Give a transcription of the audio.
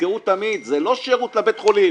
תזכרו תמיד שזה לא שירות לבית החולים